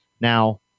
Now